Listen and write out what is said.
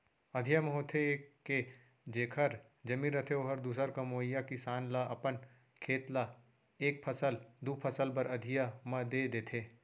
अधिया म होथे ये के जेखर जमीन रथे ओहर दूसर कमइया किसान ल अपन खेत ल एक फसल, दू फसल बर अधिया म दे देथे